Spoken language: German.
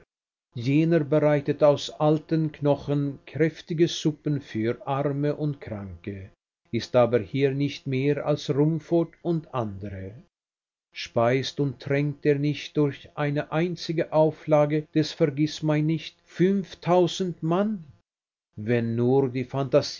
jener bereitet aus alten knochen kräftige suppen für arme und kranke ist aber hier nicht mehr als rumford und andere speist und tränkt er nicht durch eine einzige auflage des vergißmeinnicht fünftausend mann wenn nur die phantasie